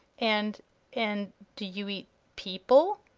and and do you eat people?